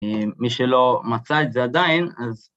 מי שלא מצא את זה עדיין, אז...